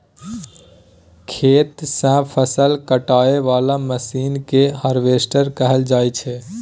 खेत सँ फसल काटय बला मशीन केँ हार्वेस्टर कहल जाइ छै